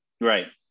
Right